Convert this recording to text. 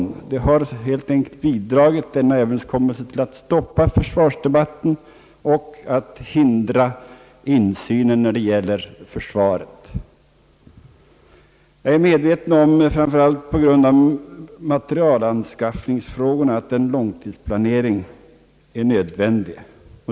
Överenskommelsen har helt enkelt bidragit till att stoppa debatten och hindra insynen när det gäller försvaret. Jag är medveten om, framför allt på grundval av materielanskaffningsfrågorna, att en långtidsplanering är nödvändig.